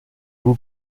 vous